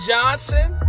Johnson